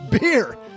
beer